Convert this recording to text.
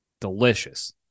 Delicious